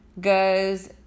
goes